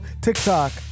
TikTok